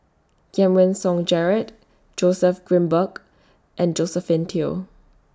Giam Song Gerald Joseph Grimberg and Josephine Teo